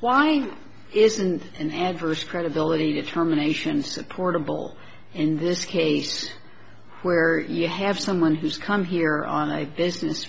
why isn't an adverse credibility determination supportable in this case where you have someone who's come here on a business